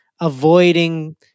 avoiding